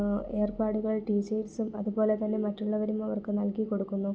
ഏർപ്പാടുകൾ ടീച്ചേഴ്സും അതുപോലെത്തന്നെ മറ്റുള്ളവരും അവർക്ക് നൽകി കൊടുക്കുന്നു